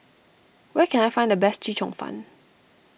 where can I find the best Chee Cheong Fun